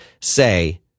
say